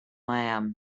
lamb